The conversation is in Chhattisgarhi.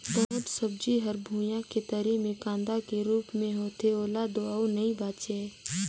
बहुत सब्जी हर भुइयां के तरी मे कांदा के रूप मे होथे ओला तो अउ नइ बचायें